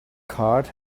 card